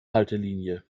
haltelinie